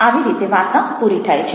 આવી રીતે વાર્તા પૂરી થાય છે